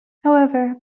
however